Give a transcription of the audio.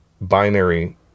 binary